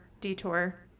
detour